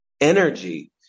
energy